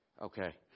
Okay